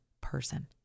person